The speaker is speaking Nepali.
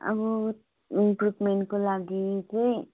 अब ट्रिटमेन्टको लागि चाहिँ